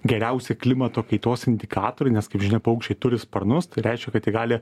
geriausi klimato kaitos indikatoriai nes kaip žinia paukščiai turi sparnus tai reiškia kad ji gali